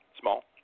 small